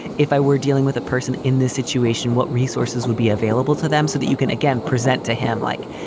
if i were dealing with a person in this situation, what resources would be available to them so that you can again present to him like,